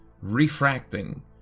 refracting